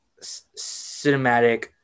cinematic